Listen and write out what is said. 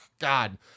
God